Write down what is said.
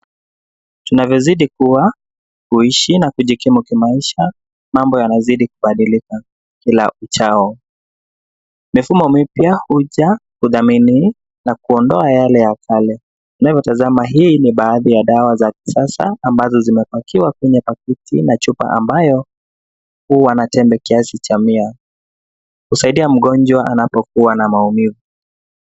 Tunavyo zidi kua, kuishi na kujikimu kimaisha, mambo yanazidi kubadilika kila uchao. Mifumo mipya huja kudhamini na kuondoa yale ya kale. Unavyo tazama, hii ni baadhi ya dawa za kisasa ambazo zimepakiwa kwenye pakiti na chupa ambayo huwa na tembe kiasi cha mia. Husaidia mgonjwa anapokua na maumivu.